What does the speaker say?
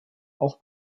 auch